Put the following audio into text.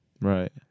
right